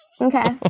Okay